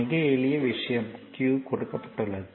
மிக எளிய விஷயம் q கொடுக்கப்பட்டுள்ளது